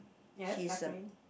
yes dark green